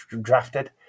drafted